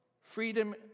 freedom